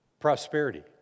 Prosperity